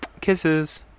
Kisses